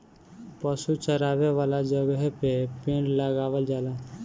पशु चरावे वाला जगहे पे पेड़ लगावल जाला